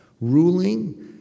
ruling